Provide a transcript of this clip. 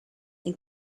and